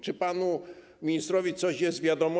Czy panu ministrowi coś o tym wiadomo?